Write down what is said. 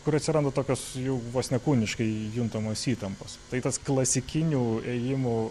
kur atsiranda tokios jau vos ne kūniškai juntamos įtampos tai tas klasikinių ėjimų